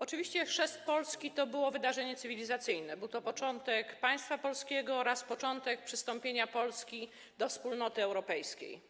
Oczywiście chrzest Polski to było wydarzenie cywilizacyjne, był to początek państwa polskiego oraz początek przystąpienia Polski do wspólnoty europejskiej,